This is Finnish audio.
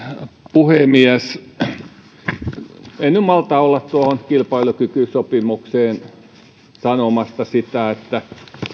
puhemies en nyt malta olla tuohon kilpailukykysopimukseen sanomatta sitä että